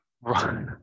Right